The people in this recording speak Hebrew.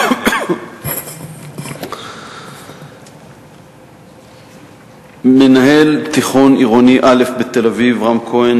1 3. מנהל תיכון עירוני א' בתל-אביב רם כהן